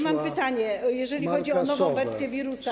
Mam pytanie, jeżeli chodzi o nową wersję wirusa.